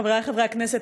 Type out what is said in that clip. חברי חברי הכנסת,